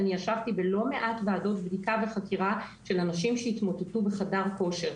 אני ישבתי בלא מעט ועדות בדיקה וחקירה של אנשים שהתמוטטו בחדר כושר.